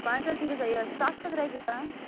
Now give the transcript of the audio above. quintal چھِ گژھان یِہَے سَتھ ہَتھ رۄپیہِ تانۍ